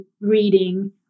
reading